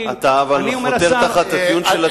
אבל אתה חותר תחת הטיעון של עצמך.